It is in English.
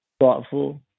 thoughtful